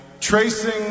tracing